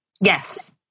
Yes